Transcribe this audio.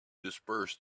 disperse